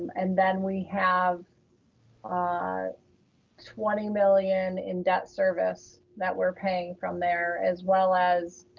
and then we have ah twenty million in debt service that we're paying from there, as well as